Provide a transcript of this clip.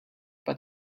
bud